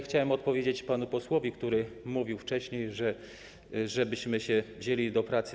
Chciałem odpowiedzieć panu posłowi, który mówił wcześniej, żebyśmy się wzięli do pracy.